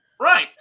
Right